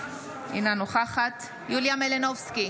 אינה נוכחת יוליה מלינובסקי,